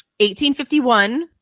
1851